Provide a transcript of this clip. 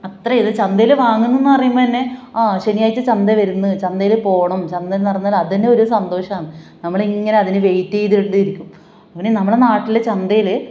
അത്രയും ഇത് ചന്തേയ് വാങ്ങുന്നെന്ന് പറയുമ്പോൾ തന്നെ ആ ശനിയാഴ്ച ചന്ത വരുന്നു ചന്തയിൽ പോവണം ചന്ത എന്ന് പറഞ്ഞ അതുതന്നെ ഒരു സന്തോഷമാണ് നമ്മളിങ്ങനെ അതിന് വെയ്റ്റ് ചെയ്തുകൊണ്ടിരിക്കും അങ്ങനെ നമ്മളെ നാട്ടിലെ ചന്തയിൽ